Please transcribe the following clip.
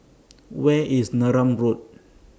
Where IS Neram Road